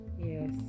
Yes